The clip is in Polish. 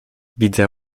widzę